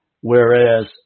whereas